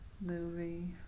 movie